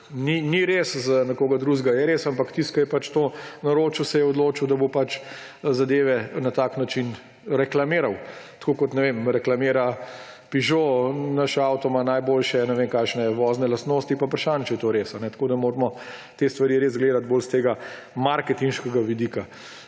ni res, za nekoga drugega je res, ampak tisti, ki je to naročil, se je odločil, da bo pač zadeve na tak način reklamiral. Tako kot, ne vem, reklamira Peugeot: »Naš avto ima najboljše,« ne vem, kakšne, »vozne lastnosti,« pa je vprašanje, ali je to res. Tako da moramo te stvari res gledati bolj z marketinškega vidika.